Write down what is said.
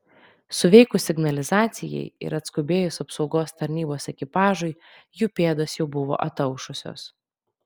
suveikus signalizacijai ir atskubėjus apsaugos tarnybos ekipažui jų pėdos jau buvo ataušusios